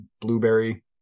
blueberry